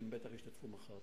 שבטח ישתתפו מחר.